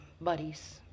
buddies